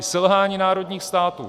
Selhání národních států!